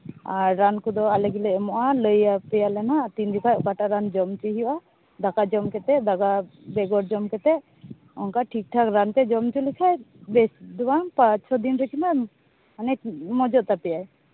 ᱟᱨ ᱨᱟᱱ ᱠᱚᱫᱚ ᱟᱞᱮ ᱜᱮᱞᱮ ᱮᱢᱚᱜᱼᱟ ᱞᱟᱹᱭᱟᱯᱮᱭᱟᱞᱮ ᱦᱟᱸᱜ ᱛᱤᱱ ᱡᱚᱠᱷᱚᱡ ᱚᱠᱟᱴᱟᱜ ᱨᱟᱱ ᱡᱚᱢ ᱦᱚᱪᱚᱭᱮ ᱦᱩᱭᱩᱜᱼᱟ ᱫᱟᱠᱟ ᱫᱚᱢ ᱠᱟᱛᱮ ᱵᱮᱜᱚᱨ ᱡᱚᱢ ᱠᱟᱛᱮ ᱚᱝᱠᱟ ᱴᱷᱤᱠᱼᱴᱷᱟᱠ ᱨᱟᱱ ᱯᱮ ᱡᱚᱢ ᱦᱚᱪᱚ ᱞᱮᱠᱷᱟᱡ ᱵᱤᱥᱤ ᱫᱚ ᱵᱟᱝ ᱯᱟᱸᱪ ᱪᱷᱚ ᱫᱤᱱ ᱛᱮᱜᱮ ᱢᱟᱱᱮ ᱢᱚᱡᱚᱜ ᱛᱟᱯᱮᱭᱟᱭ